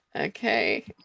okay